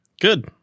good